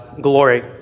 glory